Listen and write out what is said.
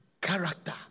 Character